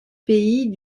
pays